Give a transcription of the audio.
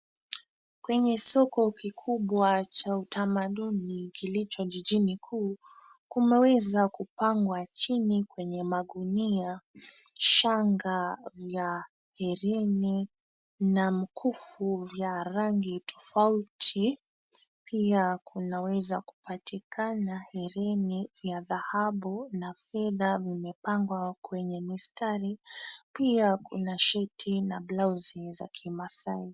Kwenye soko kikubwa cha utamaduni kilicho jijini kuu, kumeweza kupangwa chini kwenye magunia shanga vya hereni na mkufu vya rangi tofauti. Pia kunaweza kupatikana hereni ya dhahabu na fedha vimepangwa kwenye mistari. Pia kuna sheti na blauzi za kimasai.